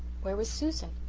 where was susan?